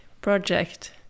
project